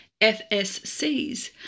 FSCs